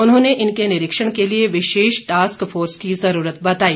उन्होंने इनके निरीक्षण के लिए विशेष टास्क फोर्स की जरूरत बताई